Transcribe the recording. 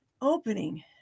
opening